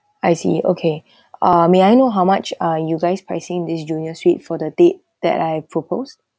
I see okay ah may I know how much are you guys pricing this junior suite for the date that I proposed